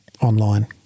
online